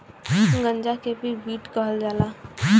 गांजा के भी वीड कहल जाला